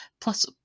plus